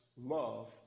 love